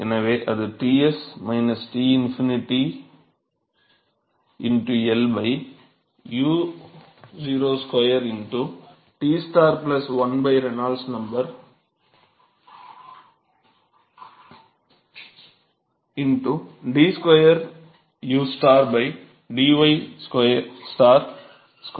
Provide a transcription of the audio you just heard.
எனவே அது Ts T∞ L u0 2 T 1 நீளத்தை பொறுத்த Reynolds number d 2 u d y 2 ஆகும்